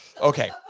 Okay